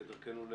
כדרכנו,